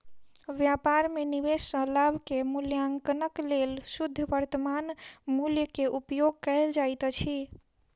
व्यापार में निवेश सॅ लाभ के मूल्याङकनक लेल शुद्ध वर्त्तमान मूल्य के उपयोग कयल जाइत अछि